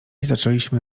zaczęliśmy